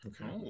Okay